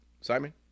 simon